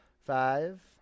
Five